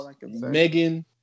Megan